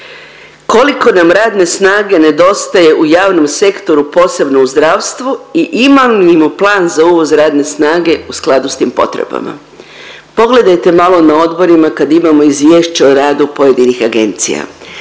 koliko nam radne snage nedostaje u javnom sektoru posebno u zdravstvu i imamo li plan za uvoz radne snage u skladu s tim potrebama? Pogledajte malo na odborima kad imamo izvješća o radu pojedinih agencija,